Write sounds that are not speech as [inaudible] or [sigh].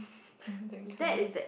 [breath] that kind